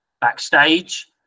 backstage